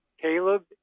Caleb